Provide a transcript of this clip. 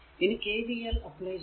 ഇനി KVL apply ചെയ്യുക